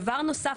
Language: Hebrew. דבר נוסף,